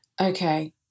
Okay